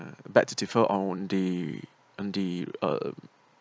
beg to differ on the on the uh